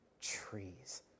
trees